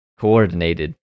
coordinated